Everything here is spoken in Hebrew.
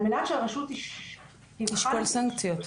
על מנת שהרשות --- תשקול סנקציות.